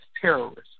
terrorists